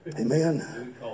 Amen